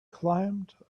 climbed